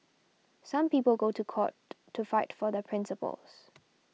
some people go to court to fight for their principles